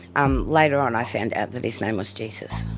um later on i found out that his name was jesus.